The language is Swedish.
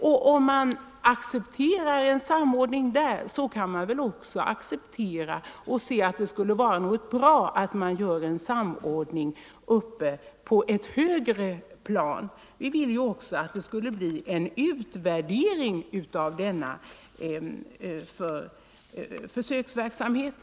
Och om man accepterar en samordning där kan man väl också acceptera och se att det skulle vara något bra i en samordning på ett högre plan. Vi vill ju att det skall bli en utvärdering av denna försöksverksamhet.